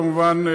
כמובן,